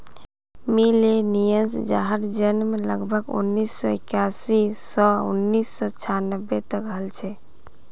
millennials जहार जन्म लगभग उन्नीस सौ इक्यासी स उन्नीस सौ छानबे तक हल छे